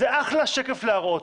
זה אחלה שקף להראות.